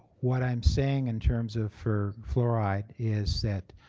what i'm saying in terms of for fluoride is that